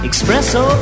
Espresso